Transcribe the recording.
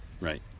right